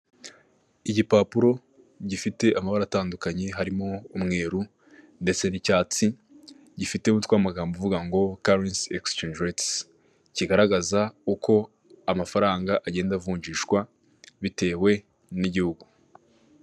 Igipapuro gifite amabara atandukanye harimo umweru ndetse n'icyatsi, gifite umutwe w'amagambo uvuga ngo karensi egisicenje retisi, kigaragaza uko amafaranga agenda avunjishwa bitewe n'igihugu.